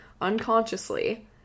unconsciously